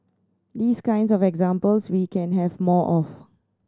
these kinds of examples we can have more of